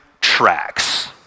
tracks